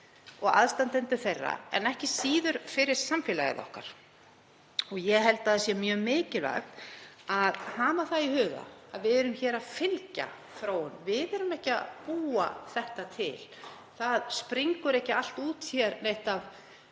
og aðstandendur þeirra en ekki síður fyrir samfélagið okkar. Ég held að mjög mikilvægt sé að hafa í huga að við erum að fylgja þróun. Við erum ekki að búa þetta til. Það springur ekki allt út hér af